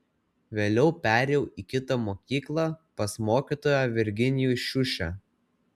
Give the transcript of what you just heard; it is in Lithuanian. vėliau perėjau į kitą mokyklą pas mokytoją virginijų šiušę